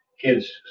kids